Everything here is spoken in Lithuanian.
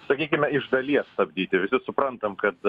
sakykime iš dalies stabdyti visi suprantam kad